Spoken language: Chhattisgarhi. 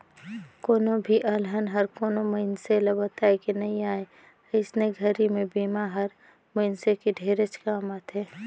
कोनो भी अलहन हर कोनो मइनसे ल बताए के नइ आए अइसने घरी मे बिमा हर मइनसे के ढेरेच काम आथे